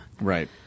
right